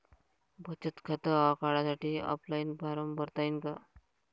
बचत खातं काढासाठी ऑफलाईन फारम भरता येईन का?